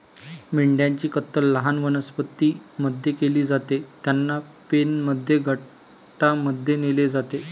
मेंढ्यांची कत्तल लहान वनस्पतीं मध्ये केली जाते, त्यांना पेनमध्ये गटांमध्ये नेले जाते